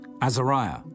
Azariah